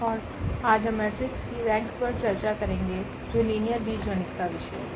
और आज हम मेट्रिक्स की रेंक पर चर्चा करेंगे जो लिनियर बीजगणित का विषय हैं